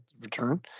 return